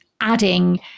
adding